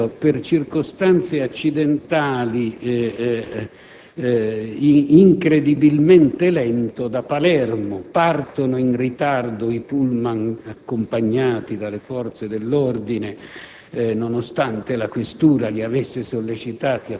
La tifoseria palermitana è in viaggio - per circostanze accidentali, incredibilmente lento - da Palermo. Partono in ritardo i pullman accompagnati dalle forze dell'ordine,